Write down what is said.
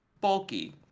bulky